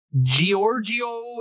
Giorgio